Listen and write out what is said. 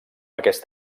aquest